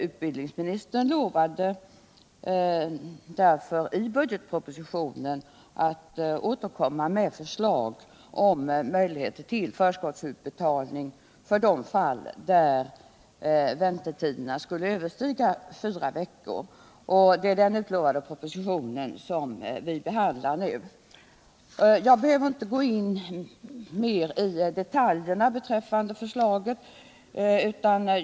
Utbildningsministern lovade därför i budgetpropositionen att återkomma med förslag om möjligheter till förskottsutbetalningar i de fall där väntetiderna skulle överstiga fyra veckor. Det är den propositionen som vi behandlar nu. Jag behöver inte gå ytterligare in på detaljerna i förslaget.